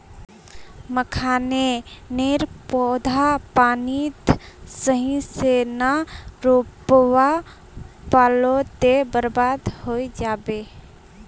मखाने नेर पौधा पानी त सही से ना रोपवा पलो ते बर्बाद होय जाबे